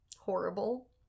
Horrible